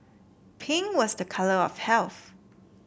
pink was the colour of health